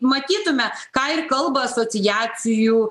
matytume ką ir kalba asociacijų